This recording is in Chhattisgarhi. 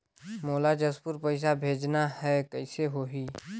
मोला जशपुर पइसा भेजना हैं, कइसे होही?